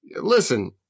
listen